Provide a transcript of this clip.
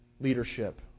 leadership